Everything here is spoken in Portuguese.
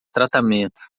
tratamento